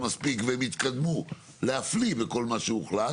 מספיק והם התקדמו להפליא בכל מה שהוחלט,